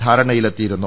ധാരണയിലെത്തിയിരുന്നു